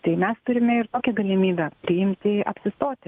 tai mes turime ir tokią galimybę priimti apsistoti